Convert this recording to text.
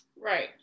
Right